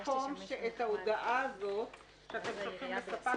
ייתכן שיש מקום שאת ההודעה הזאת שאתם שולחים לספק,